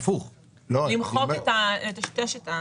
הכוונה לטשטש את הפנים.